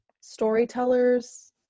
storytellers